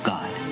God